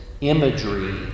imagery